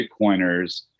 Bitcoiners